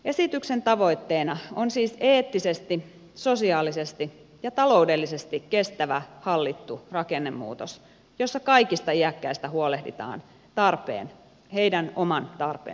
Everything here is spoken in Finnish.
esityksen tavoitteena on siis eettisesti sosiaalisesti ja taloudellisesti kestävä hallittu rakennemuutos jossa kaikista iäkkäistä huolehditaan heidän omien tarpeidensa mukaisesti